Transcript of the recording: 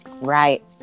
right